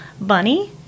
bunny